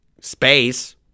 space